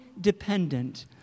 dependent